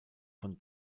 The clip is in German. von